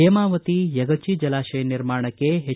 ಹೇಮಾವತಿ ಯಗಚಿ ಜಲಾಶಯ ನಿರ್ಮಾಣಕ್ಕೆ ಎಚ್